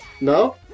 No